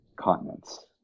continents